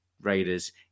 Raiders